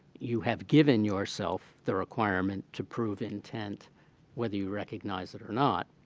you have given yourself the requirement to prove intent whether you recognize it or not.